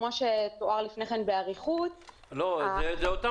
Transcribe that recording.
כפי שתואר לפני כן באריכות --- זה אותן